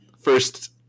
first